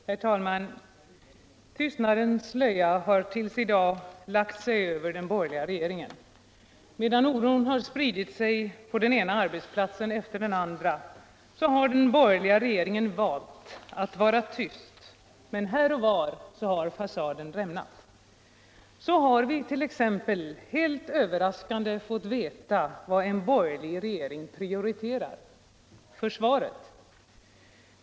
Herr talman! Tystnadens slöja har tills i dag legat över den borgerliga regeringen. Medan oron har spritt sig på den ena arbetsplatsen efter den andra har den borgerliga regeringen valt att vara tyst - men här och var har fasaden rämnat. Så har vi t.ex. helt överraskande fått veta vad en borgerlig regering prioriterar — försvaret!